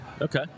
Okay